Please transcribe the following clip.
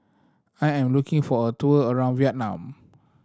I am looking for a tour around Vietnam